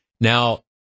Now